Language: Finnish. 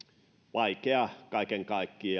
vaikea kaiken kaikkiaan